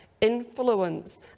influence